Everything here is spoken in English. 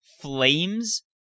flames